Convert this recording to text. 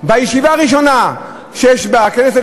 בישיבה הראשונה שיש בכנסת,